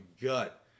gut